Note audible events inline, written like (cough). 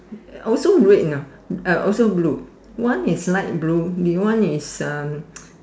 also red you know uh also blue one is light blue the one is uh (noise)